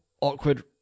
Awkward